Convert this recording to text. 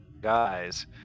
guys